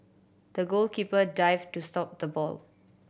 the goalkeeper dived to stop the ball